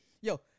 Yo